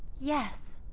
yes.